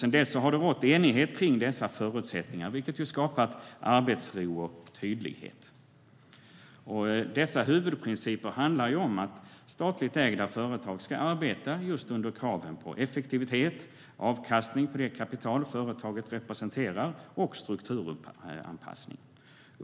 Sedan dess har det rått enighet kring dessa förutsättningar, vilket har skapat arbetsro och tydlighet. Dessa huvudprinciper handlar om att statligt ägda företag ska arbeta under krav på effektivitet, avkastning på det kapital företaget representerar och strukturanpassning.